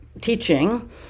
teaching